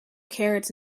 carrots